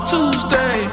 Tuesday